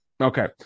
Okay